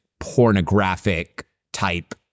pornographic-type